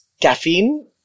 caffeine